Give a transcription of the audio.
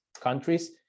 countries